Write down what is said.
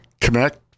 connect